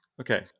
Okay